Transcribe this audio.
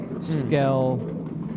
scale